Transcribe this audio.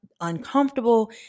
uncomfortable